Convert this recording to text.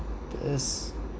that's